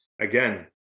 again